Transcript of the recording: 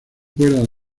cuerdas